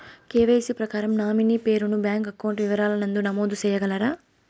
KYC ప్రకారం nominee పేరు ను బ్యాంకు అకౌంట్ వివరాల నందు నమోదు సేయగలరా?